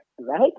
right